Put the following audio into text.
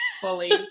Fully